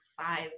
five